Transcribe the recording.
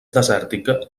desèrtica